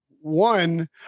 one